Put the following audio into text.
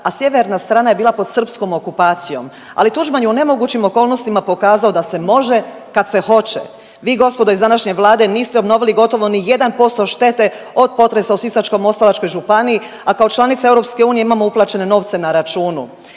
a sjeverna strana je bila pod srpskom okupacijom. Ali Tuđman je u nemogućim okolnostima pokazao da se može kad se hoće. Vi gospodo iz današnje Vlade niste obnovili gotovo ni 1% štete od potresa u Sisačko-moslavačkoj županiji, a kao članica EU imamo uplaćene novce na računu.